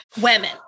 women